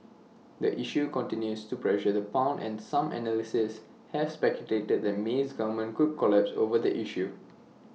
the issue continues to pressure the pound and some analysts have speculated that May's government could collapse over the issue